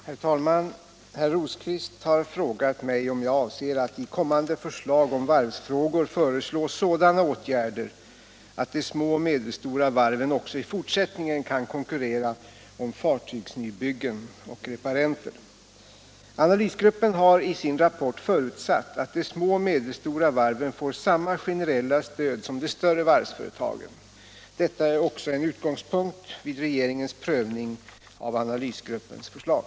301, och anförde: — nn Herr talman! Herr Rosqvist har frågat mig om jag avser att i kommande Om de små och förslag om varvsfrågor föreslå sådana åtgärder att de små och medelstora medelstora varvens varven också i fortsättningen kan konkurrera om fartygsnybyggen och <konkurrenssituareparenter. tion Analysgruppen har i sin rapport förutsatt att de små och medelstora varven får samma generella stöd som de större varvsföretagen. Detta är också en utgångspunkt vid regeringens prövning av analysgruppens förslag.